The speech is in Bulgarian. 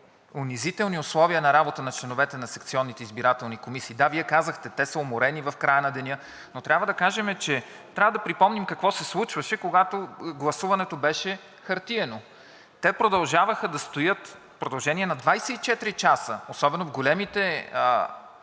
унизителни условия на работа на членовете на секционните избирателни комисии. Да, Вие казахте: те са уморени в края на деня, но трябва да кажем, че – трябва да припомним какво се случваше, когато гласуването беше хартиено. Те продължаваха да стоят в продължение на 24 часа, особено в големите